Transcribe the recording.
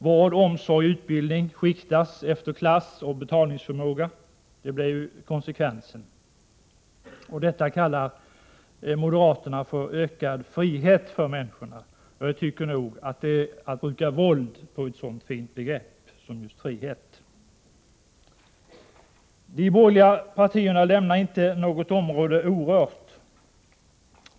Vård, omsorg och utbildning skiktas efter klass och betalningsförmåga. Det blir konsekvensen. Detta kallar moderaterna för ökad frihet för människorna. Jag tycker att det är att bruka våld på ett sådant fint begrepp som frihet. De borgerliga partierna lämnar inte något område orört.